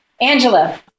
Angela